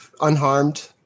unharmed